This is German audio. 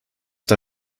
der